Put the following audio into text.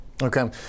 Okay